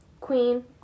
Queen